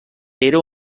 era